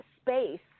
space